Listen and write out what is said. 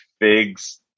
figs